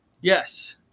yes